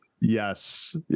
Yes